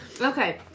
Okay